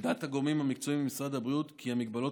עמדת הגורמים המקצועיים במשרד הבריאות היא כי המגבלות